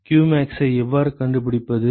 qmax ஐ எவ்வாறு கண்டுபிடிப்பது